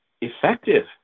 effective